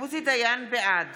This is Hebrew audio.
בעד